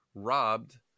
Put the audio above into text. robbed